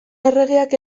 erregeak